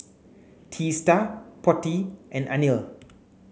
Teesta Potti and Anil